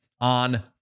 on